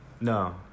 No